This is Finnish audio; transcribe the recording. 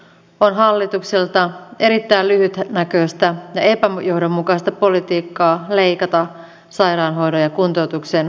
siksi hallitukselta on erittäin lyhytnäköistä ja epäjohdonmukaista politiikkaa leikata sairaanhoidon ja kuntoutuksen matkakorvauksista